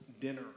dinner